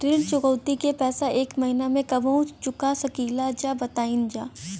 ऋण चुकौती के पैसा एक महिना मे कबहू चुका सकीला जा बताईन जा?